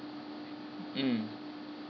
mm